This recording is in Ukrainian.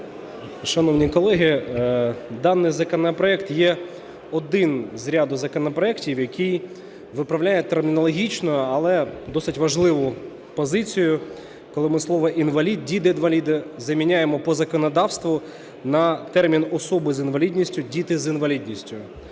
Шановні колеги, даний законопроект є один з ряду законопроектів, який виправляє термінологічну, але досить важливу позицію, коли ми слово "інвалід", "діти-інваліди" заміняємо по законодавству на термін "особи з інвалідністю", "діти з інвалідністю"